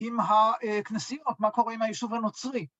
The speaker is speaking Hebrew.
עם הכנסים, אך מה קורה עם היישוב הנוצרי.